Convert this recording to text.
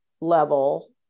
level